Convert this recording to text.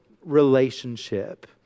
relationship